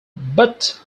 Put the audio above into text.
but